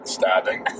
Stabbing